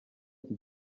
iki